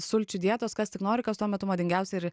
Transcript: sulčių dietos kas tik nori kas tuo metu madingiausia ir